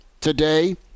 today